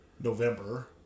November